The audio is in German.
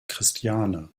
christiane